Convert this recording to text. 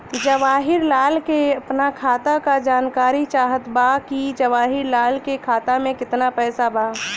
जवाहिर लाल के अपना खाता का जानकारी चाहत बा की जवाहिर लाल के खाता में कितना पैसा बा?